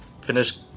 finish